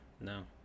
no